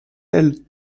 elles